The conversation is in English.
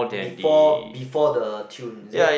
before before the tune is it